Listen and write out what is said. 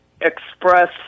express